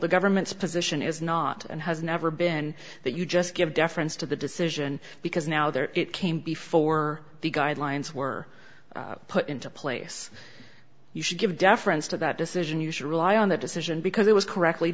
the government's position is not and has never been that you just give deference to the decision because now that it came before the guidelines were put into place you should give deference to that decision you should rely on that decision because it was correctly